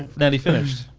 nearly finished.